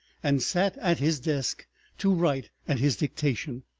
and sat at his desk to write at his dictation.